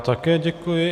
Také děkuji.